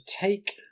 take